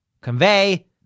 convey